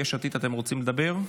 יש עתיד, אתם רוצים לדבר?